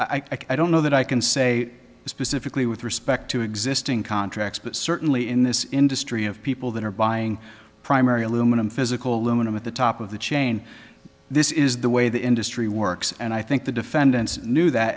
in i don't know that i can say specifically with respect to existing contracts but certainly in this industry of people that are buying primary aluminum physical aluminum at the top of the chain this is the way the industry works and i think the defendant knew that